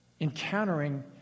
encountering